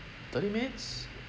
thirty minutes